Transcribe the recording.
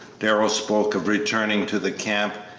darrell spoke of returning to the camp,